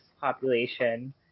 population